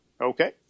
Okay